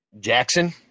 Jackson